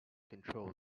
control